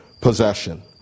possession